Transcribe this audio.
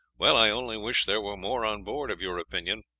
well, i only wish there were more on board of your opinion,